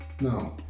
No